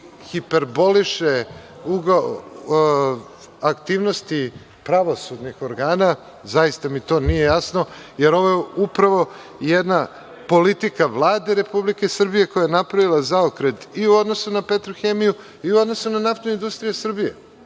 hiperboliše aktivnosti pravosudnih organa, zaista mi to nije jasno, jer ovo je upravo jedna politika Vlade Republike Srbije koja je napravila zaokret i u odnosu na „Petrohemiju“ i u odnosu na Naftnu industrije Srbije